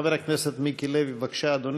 חבר הכנסת מיקי לוי, בבקשה, אדוני.